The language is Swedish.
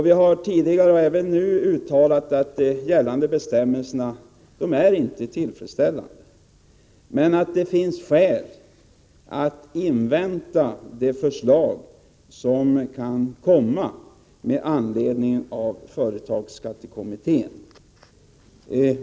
Vi har tidigare och även nu uttalat att de gällande bestämmelserna inte är tillfredsställande men att det finns skäl att invänta de förslag som kan komma med anledning av företagsskattekommittén.